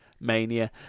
Mania